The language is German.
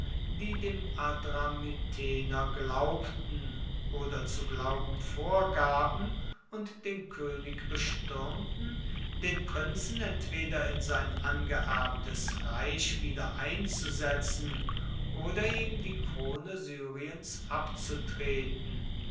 die dem adramytener glaubten oder zu glauben vorgaben und den könig bestürmten den prinzen entweder in sein angeerbtes reich wiedereinzusetzen oder ihm die krone syriens abzutreten